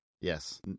Yes